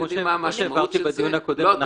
כמו שאמרתי בדיון הקודם,